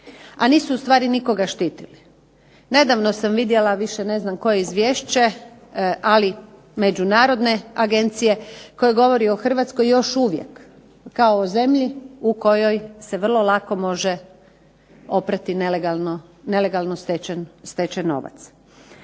A nisu ustvari nikoga štitili. Nedavno sam vidjela ne znam koje izvješće, ali međunarodne agencije koja govori o Hrvatskoj još uvijek kao zemlji u kojoj se vrlo lako može oprati nelegalno stečen novac.